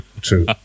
True